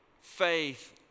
faith